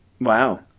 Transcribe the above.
Wow